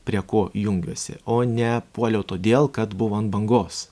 prie ko jungiuosi o ne puoliau todėl kad buvo ant bangos